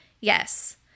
Yes